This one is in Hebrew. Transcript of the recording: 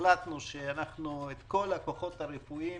החלטנו שאנחנו את כל הכוחות הרפואיים